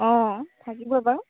অঁ থাকিব বাৰু